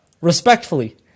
respectfully